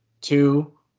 two